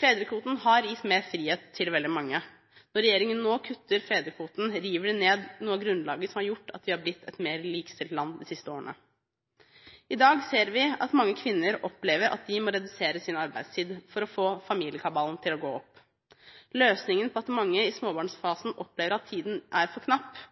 Fedrekvoten har gitt mer frihet til veldig mange. Når regjeringen nå kutter fedrekvoten, river den ned noe av grunnlaget som har gjort at vi har blitt et mer likestilt land de siste årene. I dag ser vi at mange kvinner opplever at de må redusere sin arbeidstid for å få familiekabalen til å gå opp. Løsningen på at mange i småbarnsfasen opplever at tiden er for knapp,